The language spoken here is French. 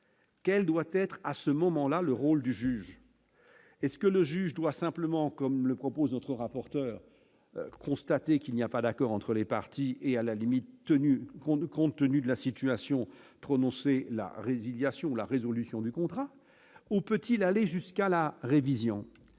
Quelle doit-être à ce moment-là le rôle du juge est-ce que le juge doit simplement, comme le propose autre rapporteur constater qu'il n'y a pas d'accord entre les parties et à la limite, tenu qu'on ne compte tenu de la situation, prononcé la résiliation, la résolution du contrat on peut-il aller jusqu'à la révision,